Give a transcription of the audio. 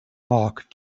mark